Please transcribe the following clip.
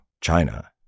China